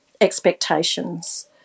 expectations